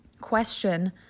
Question